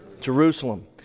Jerusalem